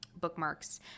bookmarks